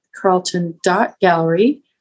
carlton.gallery